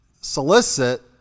solicit